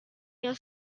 your